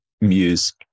Muse